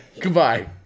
goodbye